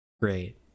Great